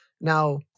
Now